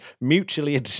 mutually